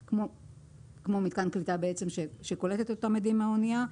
מתקן פלטה שקולט את האדים מהאנייה,